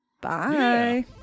Bye